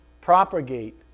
propagate